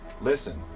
Listen